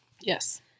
Yes